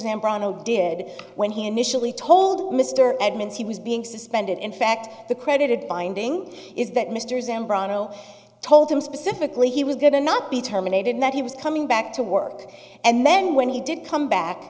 zambrano did when he initially told mr edmunds he was being suspended in fact the credited finding is that mr zambrano told him specifically he was going to not be terminated that he was coming back to work and then when he did come back